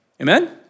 Amen